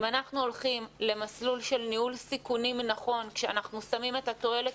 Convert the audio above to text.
אם אנחנו הולכים למסלול של ניהול סיכונים נכון כשאנחנו שמים את התועלת